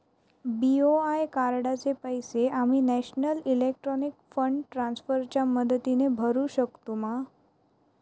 BOI कार्डाचे पैसे आम्ही नेशनल इलेक्ट्रॉनिक फंड ट्रान्स्फर च्या मदतीने भरुक शकतू मा?